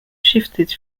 shifted